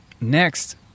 next